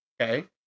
okay